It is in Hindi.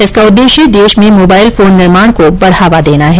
इसका उद्देश्य देश में मोबाइल फोन निर्माण को बढावा देना है